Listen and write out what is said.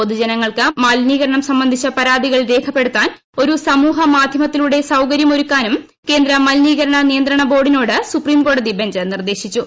പൊതുജനങ്ങൾക്ക് മലിനീകരണം സംബന്ധിച്ച പരാതികൾ രേഖപ്പെടുത്താൻ ഒരു സമൂഹ മാധ്യമത്തിലൂടെ സൌകര്യമൊരുക്കാനും കേന്ദ്ര മലിനീകരണ നിയന്ത്രണ ബോർഡിനോട് സുപ്രീം കോടതി ബഞ്ച് നിർദ്ദേശിച്ചു